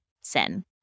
sin